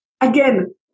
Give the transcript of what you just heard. Again